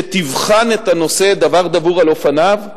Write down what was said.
שתבחן את הנושא, דבר דבור על אופניו,